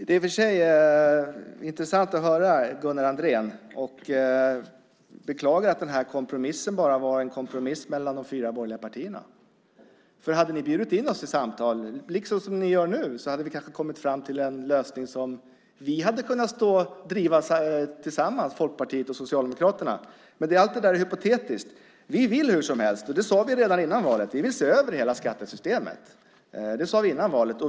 Fru talman! Det är intressant att höra på Gunnar Andrén, och jag beklagar att kompromissen bara var en kompromiss mellan de fyra borgerliga partierna. Hade ni bjudit in oss till samtal, liksom ni gör nu, hade Folkpartiet och Socialdemokraterna kanske kommit fram till en lösning som vi hade kunnat driva tillsammans. Men allt detta är hypotetiskt. Vi vill hur som helst se över hela skattesystemet. Det sade vi redan före valet.